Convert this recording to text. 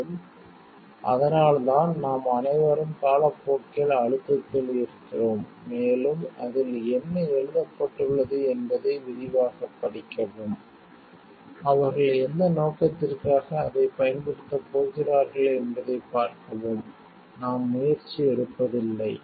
மேலும் அதனால்தான் நாம் அனைவரும் காலப்போக்கில் அழுத்தத்தில் இருக்கிறோம் மேலும் அதில் என்ன எழுதப்பட்டுள்ளது என்பதை விரிவாகப் படிக்கவும் அவர்கள் எந்த நோக்கத்திற்காக அதைப் பயன்படுத்தப் போகிறார்கள் என்பதைப் பார்க்கவும் நாம் முயற்சி எடுப்பதில்லை